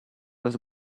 was